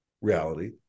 reality